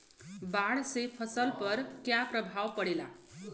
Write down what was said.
बाढ़ से फसल पर क्या प्रभाव पड़ेला?